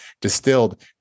distilled